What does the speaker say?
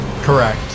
Correct